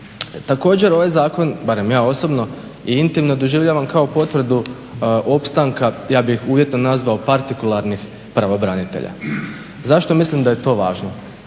Također ovaj zakon, barem ja osobno i intimno doživljavam kao potvrdu opstanka, ja bih uvjetno nazvao partikularnih pravobranitelja. Zašto mislim da je to važno?